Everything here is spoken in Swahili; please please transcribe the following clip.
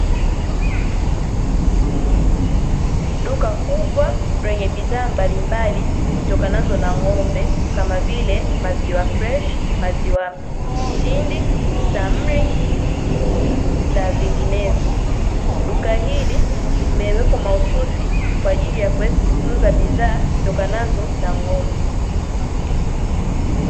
Duka kubwa lenye bidhaa mbalimbali zitokanazo na ng'ombe kama vile maziwa freshi, maziwa mtindi, samri na vinginevyo duka hili limewekwa mahususi kwaajili ya bidhaa zitokanazo na ng'ombe.